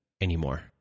anymore